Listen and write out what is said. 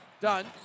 Done